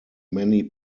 many